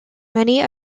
many